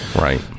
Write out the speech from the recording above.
Right